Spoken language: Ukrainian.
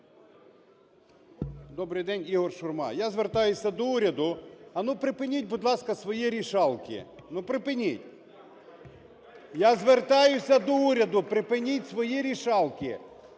Добрий день! Ігор Шурма. Я звертаюся до уряду: ану припиніть, будь ласка, свої "рішалки", ну припиніть. Я звертаюся до уряду: припиніть свої "рішалки".